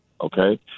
okay